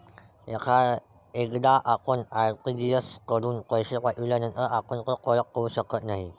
एकदा आपण आर.टी.जी.एस कडून पैसे पाठविल्यानंतर आपण ते परत करू शकत नाही